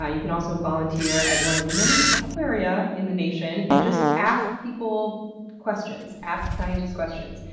ah you can also volunteer at one of the many aquaria in the nation and just ask people questions, ask scientists questions.